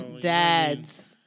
dads